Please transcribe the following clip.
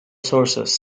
sources